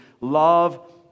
love